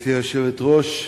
גברתי היושבת-ראש,